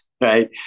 right